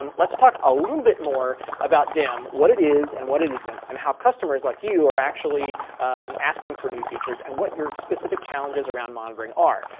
um let's talk a little bit more about dem, what it is and what it isn't, and how customers like you are actually asking for new features and what your specific challenges around monitoring are.